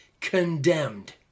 condemned